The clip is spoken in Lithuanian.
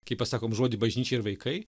kai pasakom žodį bažnyčia ir vaikai